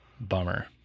Bummer